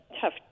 tough